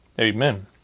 Amen